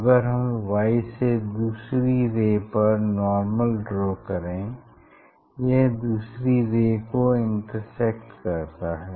अगर हम y से दूसरी रे पर नार्मल ड्रा करें यह दूसरी रे को इंटरसेक्ट करेगा